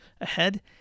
ahead